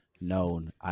known